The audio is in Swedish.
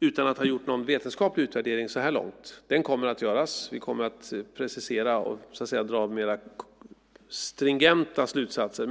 utan att ha gjort någon vetenskaplig utvärdering så här långt har slagits av häpnad. En sådan utvärdering kommer att göras, och vi kommer att göra preciseringar och dra mer stringenta slutsatser.